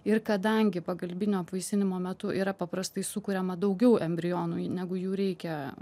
ir kadangi pagalbinio apvaisinimo metu yra paprastai sukuriama daugiau embrionų negu jų reikia